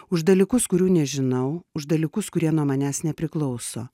už dalykus kurių nežinau už dalykus kurie nuo manęs nepriklauso